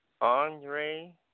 Andre